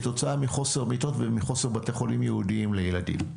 כתוצאה מחוסר מיטות ומחוסר בתי חולים ייעודיים לילדים.